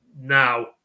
now